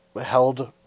held